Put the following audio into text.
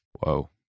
whoa